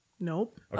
Nope